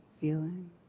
feeling